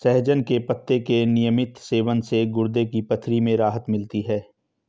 सहजन के पत्ते के नियमित सेवन से गुर्दे की पथरी में राहत मिलती है